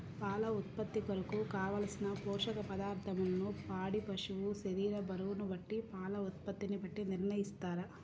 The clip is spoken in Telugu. పాల ఉత్పత్తి కొరకు, కావలసిన పోషక పదార్ధములను పాడి పశువు శరీర బరువును బట్టి పాల ఉత్పత్తిని బట్టి నిర్ణయిస్తారా?